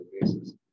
basis